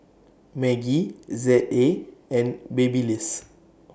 Maggi Z A and Babyliss